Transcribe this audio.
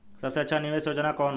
सबसे अच्छा निवेस योजना कोवन बा?